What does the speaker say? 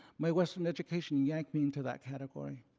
my western education yanked me into that category.